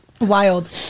wild